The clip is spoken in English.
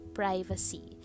privacy